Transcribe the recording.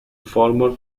former